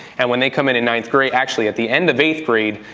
and when they come in in ninth grade, actually, at the end of eighth grade,